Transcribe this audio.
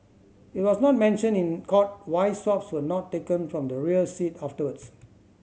it was not mentioned in court why swabs were not taken from the rear seat afterwards